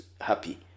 happy